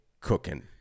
cooking